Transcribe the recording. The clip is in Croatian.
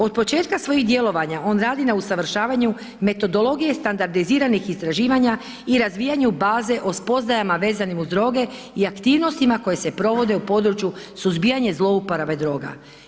Od početka svojih djelovanja on radi na usavršavanju metodologije standardiziranih istraživanja i razvijanju baze o spoznajama vezanim uz droge i aktivnostima koje se provode u području suzbijanje zlouporabe droga.